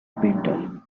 painter